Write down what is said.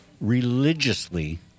religiously